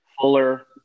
Fuller